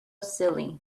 silly